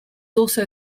also